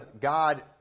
God